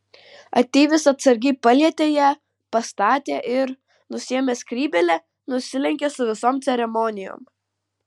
ateivis atsargiai palietė ją pastatė ir nusiėmęs skrybėlę nusilenkė su visom ceremonijom